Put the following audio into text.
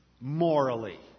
morally